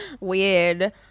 Weird